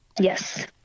Yes